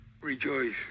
Rejoice